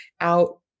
out